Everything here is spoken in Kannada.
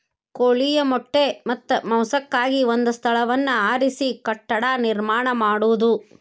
ಕೋಳಿಯ ಮೊಟ್ಟೆ ಮತ್ತ ಮಾಂಸಕ್ಕಾಗಿ ಒಂದ ಸ್ಥಳವನ್ನ ಆರಿಸಿ ಕಟ್ಟಡಾ ನಿರ್ಮಾಣಾ ಮಾಡುದು